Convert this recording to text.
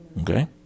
okay